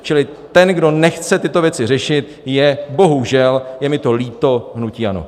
Čili ten, kdo nechce tyto věci řešit, je bohužel, je mi to líto, hnutí ANO.